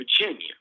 Virginia